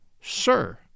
Sir